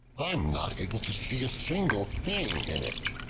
i am not able to see a single thing in it.